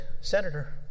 Senator